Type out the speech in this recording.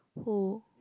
who